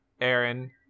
Aaron